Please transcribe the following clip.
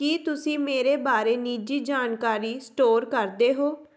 ਕੀ ਤੁਸੀਂ ਮੇਰੇ ਬਾਰੇ ਨਿੱਜੀ ਜਾਣਕਾਰੀ ਸਟੋਰ ਕਰਦੇ ਹੋ